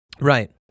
Right